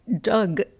Doug